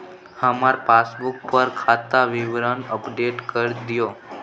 हमर पासबुक पर खाता विवरण अपडेट कर दियो